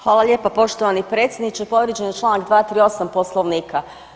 Hvala lijepo poštovani predsjedniče, povrijeđen je čl. 238 Poslovnika.